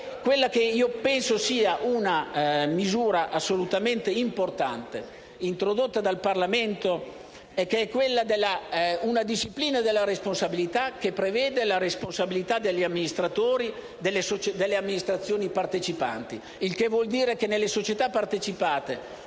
quella che penso sia una misura assolutamente importante, introdotta dal Parlamento, vale a dire una disciplina della responsabilità che prevede la responsabilità degli amministratori delle amministrazioni partecipanti. Ciò vuol dire che nelle società partecipate